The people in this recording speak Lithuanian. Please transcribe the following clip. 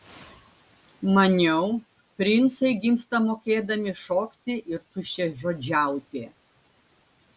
maniau princai gimsta mokėdami šokti ir tuščiažodžiauti